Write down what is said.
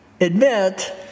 admit